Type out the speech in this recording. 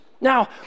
Now